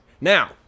Now